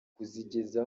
kuzigeza